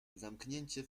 zamknięcie